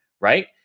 Right